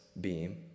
beam